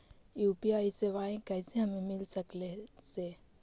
UPI सेवाएं कैसे हमें मिल सकले से?